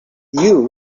you